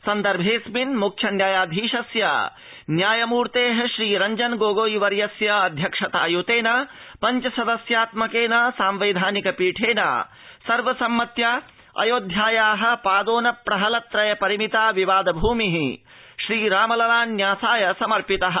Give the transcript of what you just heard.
सन् र्भेऽस्मिन् म्ख्य न्यायालाधीशस्य न्यायमूर्त्ते श्रीरञ्जन गोगोई वर्यस्य अध्यक्षता य्तेन पञ्च स स्यात्मकेन सांवैधानिक पीठेन सर्व सम्मत्या पा ोन प्रहल त्रय परिमिता अयोध्या विवा भुमि श्रीरामलला न्यासाय समर्पितः